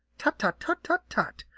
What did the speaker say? tut, tut, tut, tut, tut!